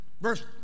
Verse